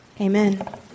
Amen